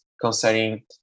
concerning